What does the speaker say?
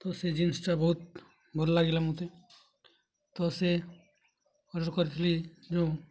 ତ ସେ ଜିନ୍ସଟା ବହୁତ ଭଲ ଲାଗିଲା ମୋତେ ତ ସେ ଅର୍ଡ଼ର୍ କରିଥିଲି ଯେଉଁ